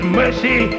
mercy